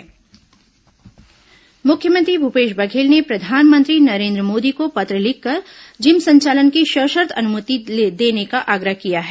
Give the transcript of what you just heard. CM PM पत्र मुख्यमंत्री भूपेश बघेल ने प्रधानमंत्री नरेन्द्र मोदी को पत्र लिखकर जिम संचालन की सशर्त अनुमति देने का आग्रह किया है